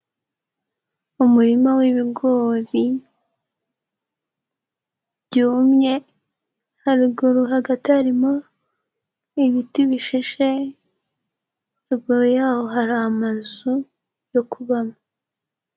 Umurima w'ibigori, byumye, haruguru hagati harimo ibiti bishishe , ruguru yaho har'amazu yo kubamo.